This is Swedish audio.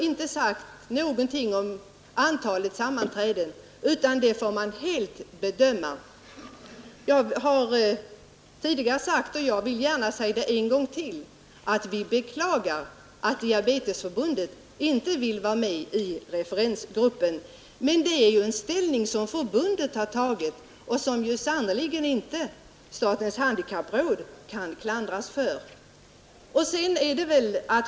Jag har tidigare sagt, och jag vill gärna säga det en gång till, att vi beklagar att Diabetesförbundet inte vill vara med i referensgruppen. Men det är ju en ställning som förbundet har tagit och som sannerligen inte statens handikappråd kan klandras för.